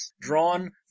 drawn